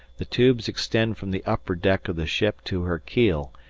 the tubes extend from the upper deck of the ship to her keel,